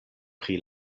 pri